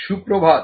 সুপ্রভাত